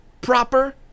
proper